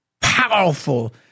powerful